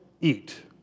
eat